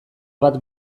bat